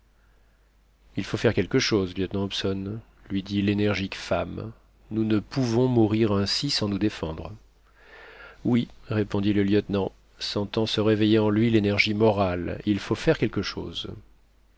il faut faire quelque chose lieutenant hobson lui dit l'énergique femme nous ne pouvons mourir ainsi sans nous défendre oui répondit le lieutenant sentant se réveiller en lui l'énergie morale il faut faire quelque chose